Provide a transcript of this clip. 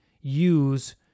use